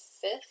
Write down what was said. fifth